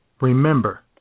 Remember